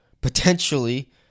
potentially